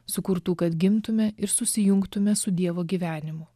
sukurtų kad gimtume ir susijungtume su dievo gyvenimu